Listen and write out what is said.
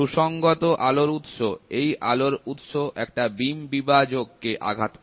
সুসঙ্গত আলোর উৎস এই আলোর উৎস একটা বিম বিভাজক কে আঘাত করে